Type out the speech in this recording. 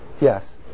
Yes